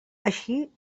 així